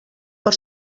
per